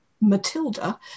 Matilda